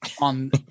on